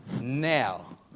now